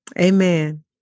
Amen